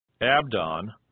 Abdon